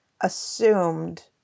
assumed